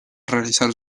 realizar